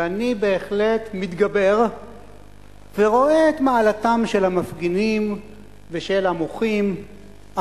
ואני בהחלט מתגבר ורואה את מעלתם של המפגינים ושל המוחים,